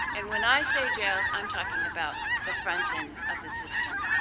and when i say jails, i am talking about the front end of the system,